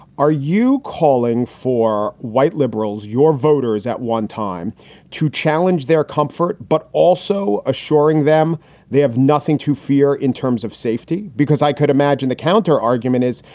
are you calling for white liberals, your voters at one time to challenge their comfort, but also assuring them they have nothing to fear in terms of safety? because i could imagine the counter argument is,